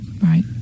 Right